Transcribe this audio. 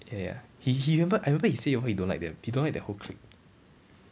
ya ya he he remember I remember he say he don't like them he don't like that whole clique